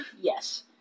Yes